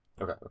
Okay